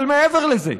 אבל מעבר לזה,